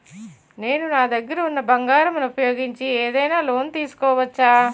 నేను నా దగ్గర ఉన్న బంగారం ను ఉపయోగించి ఏదైనా లోన్ తీసుకోవచ్చా?